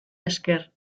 esker